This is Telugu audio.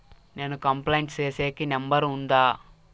నేను కంప్లైంట్ సేసేకి నెంబర్ ఉందా?